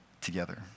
together